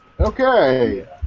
Okay